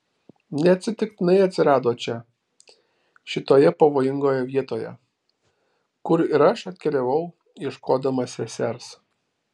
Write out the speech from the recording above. neatsitiktinai atsirado čia šitoje pavojingoje vietoje kur ir aš atkeliavau ieškodama sesers